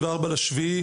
ה-24.7,